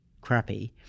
crappy